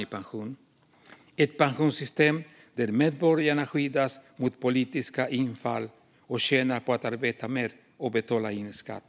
Vi vill ha ett pensionssystem där medborgarna skyddas mot politiska infall och tjänar på att arbeta mer och betala in skatt.